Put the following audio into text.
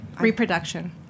reproduction